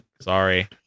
sorry